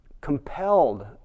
compelled